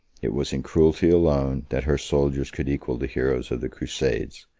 it was in cruelty alone that her soldiers could equal the heroes of the crusades,